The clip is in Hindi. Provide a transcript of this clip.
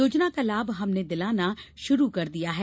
योजना का लाभ हमने दिलाना शुरू कर दिया है